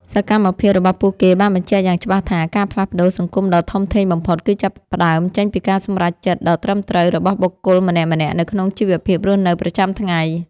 សកម្មភាពរបស់ពួកគេបានបញ្ជាក់យ៉ាងច្បាស់ថា ការផ្លាស់ប្តូរសង្គមដ៏ធំធេងបំផុត គឺចាប់ផ្តើមចេញពីការសម្រេចចិត្តដ៏ត្រឹមត្រូវរបស់បុគ្គលម្នាក់ៗនៅក្នុងជីវភាពរស់នៅប្រចាំថ្ងៃ។